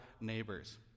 neighbors